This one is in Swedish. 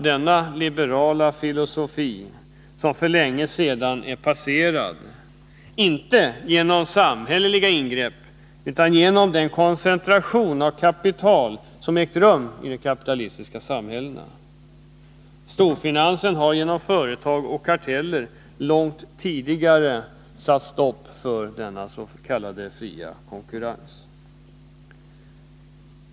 Denna liberala filosofi är för länge sedan passerad — inte genom samhälleliga ingrepp utan genom den koncentration av kapital som ägt rum i det kapitalistiska samhället. Storfinansen har genom företag och karteller långt tidigare satt stopp för denna s.k. fria konkurrens.